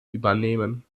übernehmen